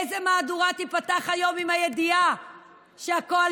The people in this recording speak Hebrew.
איזו מהדורה תיפתח היום עם הידיעה שהקואליציה